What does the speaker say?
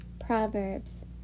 Proverbs